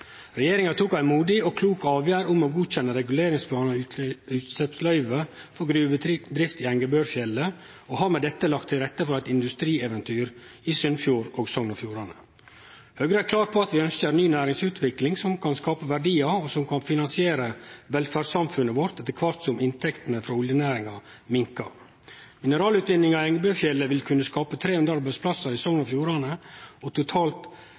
og har med dette lagt til rette for eit industrieventyr i Sunnfjord og Sogn og Fjordane. Vi i Høgre er klare på at vi ønskjer ei ny næringsutvikling som kan skape verdiar, og som kan finansiere velferdssamfunnet vårt etter kvart som inntektene frå oljenæringa minkar. Mineralutvinninga i Engebøfjellet vil kunne skape 300 arbeidsplassar i Sogn og Fjordane og totalt